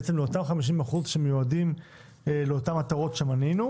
בעצם לאותם 50% שמיועדים לאותן מטרות שמנינו,